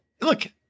look